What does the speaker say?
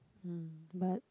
hmm but